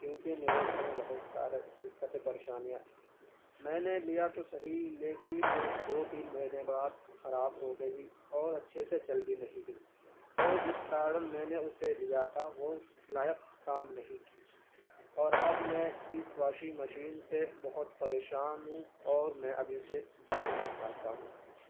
کیوں کہ میرے گھر میں بہت سارے دقتیں پریشانیاں میں نے لیا تو سہی لیکن وہ دو تین مہینے بعد خراب ہو گئی اور اچھے سے چل بھی نہیں رہی اور جس کارن میں نے اسے لیا تھا وہ اس لائق کام نہیں کی اور اب میں اس واشنگ مشین سے بہت پریشان ہوں اور میں ابھی سے بیچنا چاہتا ہوں